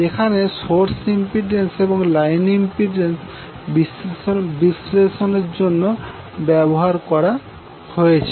যেখানে source impedance এবং line impedance বিশ্লেষণের জন্য বিবেচনা করা হয়েছে